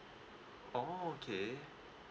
oh okay